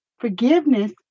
forgiveness